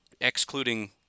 excluding